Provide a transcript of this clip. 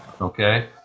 okay